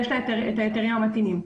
יש לה את ההיתרים המתאימים.